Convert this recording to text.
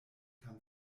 kann